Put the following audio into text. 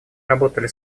работали